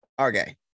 okay